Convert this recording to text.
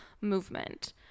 movement